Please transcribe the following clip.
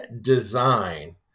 design